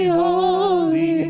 holy